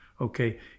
Okay